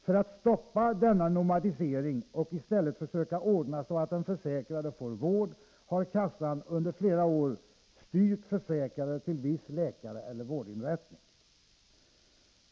För att stoppa denna nomadisering och istället försöka ordna så att den försäkrade får vård, har kassan under flera år styrt försäkrade till en viss läkare eller vårdinrättning.